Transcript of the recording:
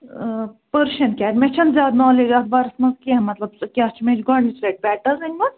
ٲں Persian cat مےٚ چھَنہٕ زیاد نوٛالیج اَتھ بارَس مَنٛز کیٚنٛہہ مطلب سۄ کیٛاہ چھ مےٚ چھِ گۄڈنِچ لَٹہِ پیٚٹ حظ أنمژ